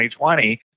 2020